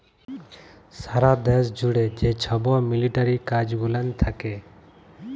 সারা দ্যাশ জ্যুড়ে যে ছব মিলিটারি কাজ গুলান থ্যাকে